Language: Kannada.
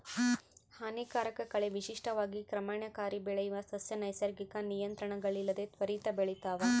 ಹಾನಿಕಾರಕ ಕಳೆ ವಿಶಿಷ್ಟವಾಗಿ ಕ್ರಮಣಕಾರಿ ಬೆಳೆಯುವ ಸಸ್ಯ ನೈಸರ್ಗಿಕ ನಿಯಂತ್ರಣಗಳಿಲ್ಲದೆ ತ್ವರಿತ ಬೆಳಿತಾವ